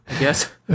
Yes